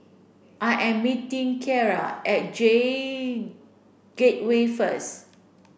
I am meeting Kierra at J Gateway first